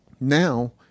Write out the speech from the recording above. Now